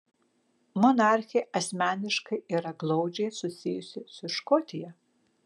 monarchė asmeniškai yra glaudžiai susijusi su škotija